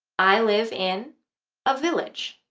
i live in a village.